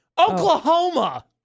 Oklahoma